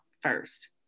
first